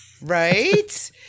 right